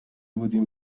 بودیم